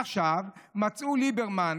עכשיו מצאו ליברמן,